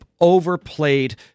overplayed